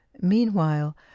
Meanwhile